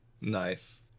Nice